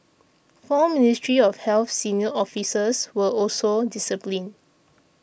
four Ministry of Health senior officers were also disciplined